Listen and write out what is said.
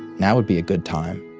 now would be a good time,